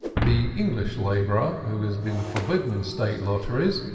the english laborer, who has been forbidden state lotteries,